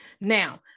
Now